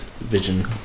vision